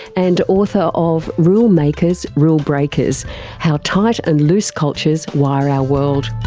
and author of rule makers, rule breakers how tight and loose cultures wire our world.